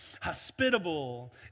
hospitable